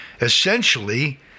essentially